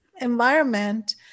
environment